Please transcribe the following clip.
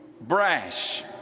brash